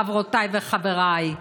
חברותיי וחבריי: